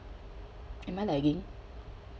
am I lagging